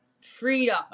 freedom